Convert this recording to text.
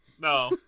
No